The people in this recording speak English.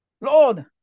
Lord